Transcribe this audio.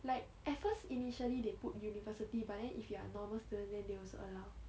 like at first initially they put university but then if you are normal student then they also allow